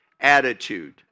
attitude